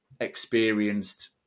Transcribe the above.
experienced